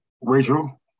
Rachel